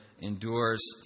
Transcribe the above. endures